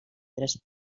tres